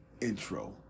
intro